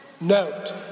Note